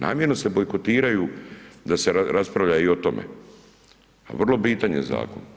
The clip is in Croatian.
Namjerno se bojkotiraju da se raspravlja i o tome, a vrlo bitan je zakon.